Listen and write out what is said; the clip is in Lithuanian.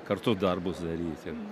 kartu darbus daryti